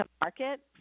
market